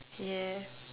yeah